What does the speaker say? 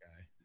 guy